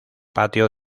patio